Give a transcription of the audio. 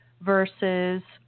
versus